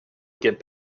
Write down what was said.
get